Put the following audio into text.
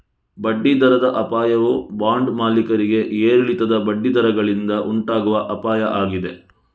ಬಡ್ಡಿ ದರದ ಅಪಾಯವು ಬಾಂಡ್ ಮಾಲೀಕರಿಗೆ ಏರಿಳಿತದ ಬಡ್ಡಿ ದರಗಳಿಂದ ಉಂಟಾಗುವ ಅಪಾಯ ಆಗಿದೆ